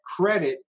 credit